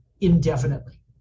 indefinitely